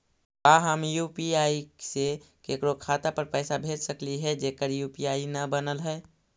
का हम यु.पी.आई से केकरो खाता पर पैसा भेज सकली हे जेकर यु.पी.आई न बनल है?